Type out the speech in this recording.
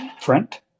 front